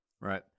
right